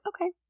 okay